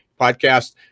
podcast